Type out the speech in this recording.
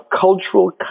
cultural